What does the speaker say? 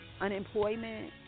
unemployment